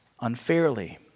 unfairly